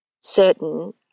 certain